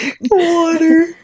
water